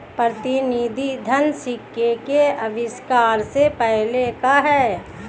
प्रतिनिधि धन सिक्के के आविष्कार से पहले का है